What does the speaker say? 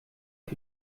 für